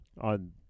on